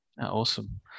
Awesome